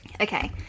Okay